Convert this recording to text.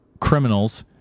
criminals